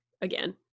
again